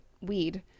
weed